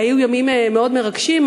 אלה היו ימים מאוד מרגשים.